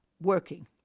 working